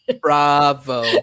Bravo